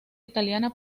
italiana